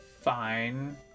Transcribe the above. fine